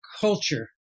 culture